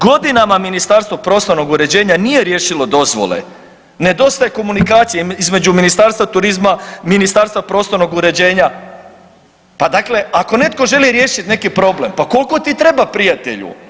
Godinama Ministarstvo prostornog uređenja nije riješilo dozvole, ne dostaje komunikacije između Ministarstva turizma, Ministarstva prostornog uređenja, pa dakle ako netko želi riješit neki problem pa kolko ti treba prijatelju?